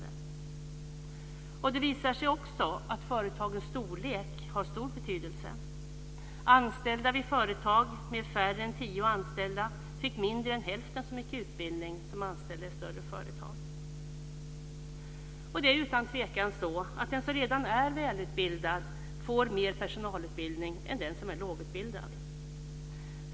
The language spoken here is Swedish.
Det visar sig också att företagets storlek har stor betydelse. Anställda vid företag med färre än tio anställda får mindre än hälften så mycket utbildning som anställda i större företag. Det är utan tvekan så att den som redan är välutbildad får mer personalutbildning än den som är lågutbildad.